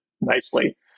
nicely